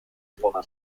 dwoma